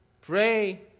Pray